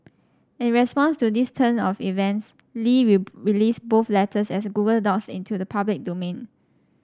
in response to this turn of events Li released both letters as Google docs into the public domain